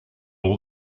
all